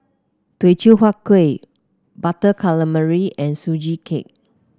Teochew Huat Kueh Butter Calamari and Sugee Cake